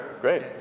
Great